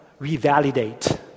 revalidate